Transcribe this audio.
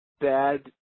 bad